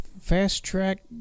fast-track